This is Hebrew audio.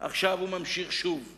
עכשיו הוא ממשיך שוב ושוב.